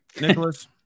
Nicholas